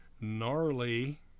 Gnarly